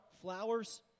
flowers